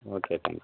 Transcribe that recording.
okay thank you